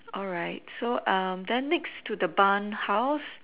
alright so um then next to the bun house